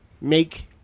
make